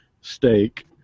steak